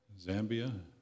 Zambia